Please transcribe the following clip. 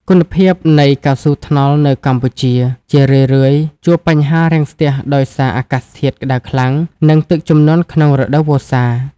គុណភាពនៃកៅស៊ូថ្នល់នៅកម្ពុជា ជារឿយៗជួបបញ្ហារាំងស្ទះដោយសារអាកាសធាតុក្ដៅខ្លាំង និងទឹកជំនន់ក្នុងរដូវវស្សា។